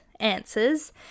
answers